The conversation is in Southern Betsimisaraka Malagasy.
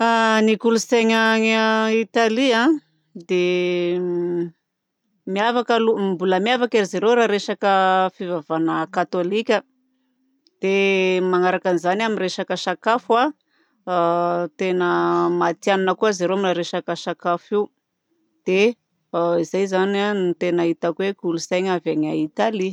Ny kolontsaina any Italia dia miavaka aloha. Mbola miavaka izy ireo raha resaka fivavahana katôlika dia manampy an'izany amin'ny resaka sakafo tena matihanina koa amin'ny resaka sakafo io. Dia izay zany no tena hitako hoe kolontsaina avy any Italia.